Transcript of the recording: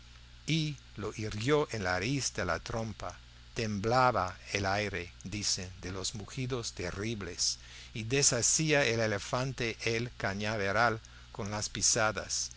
y lo hirió en la raíz de la trompa temblaba el aire dicen de los mugidos terribles y deshacía el elefante el cañaveral con las pisadas